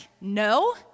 no